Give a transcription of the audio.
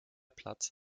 platz